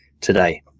today